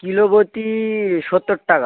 kilo প্রতি সত্তর টাকা